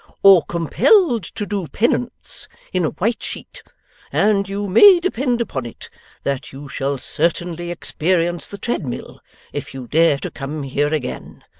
or compelled to do penance in a white sheet and you may depend upon it that you shall certainly experience the treadmill if you dare to come here again.